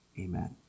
Amen